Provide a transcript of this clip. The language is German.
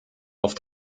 auf